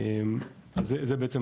אז זה בעצם,